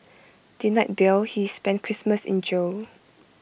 denied bail he spent Christmas in jail